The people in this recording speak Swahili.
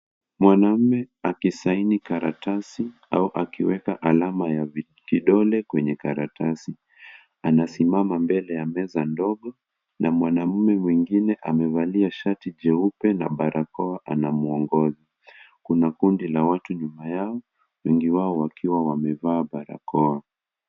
Mwanaume aki sign karatasi au akiweka alama ya kidole kwenye karatasi anasimama mbele ya meza ndogo na mwanamume mwingine amevalia shati jeupe na barakoa anamwongoza kuna kundi la watu nyuma yao wengi wao wakiwa wamevaa barakoa.